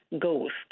ghost